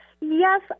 Yes